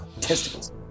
Testicles